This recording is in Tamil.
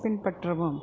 பின்பற்றவும்